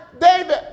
David